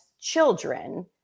children